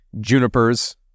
junipers